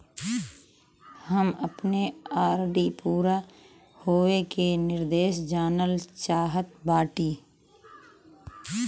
हम अपने आर.डी पूरा होवे के निर्देश जानल चाहत बाटी